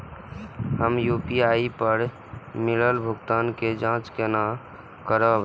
हम यू.पी.आई पर मिलल भुगतान के जाँच केना करब?